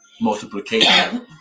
multiplication